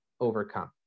overcome